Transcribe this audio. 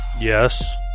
Yes